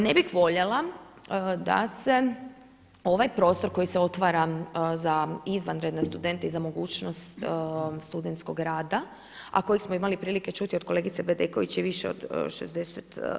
Ne bih voljela da se ovaj prostor koji se otvara za izvanredne studente i za mogućnost studentskog rada, a koje smo imali prilike čuti od kolegice Bedeković je više od 60%